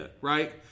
right